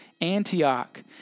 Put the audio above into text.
Antioch